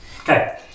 Okay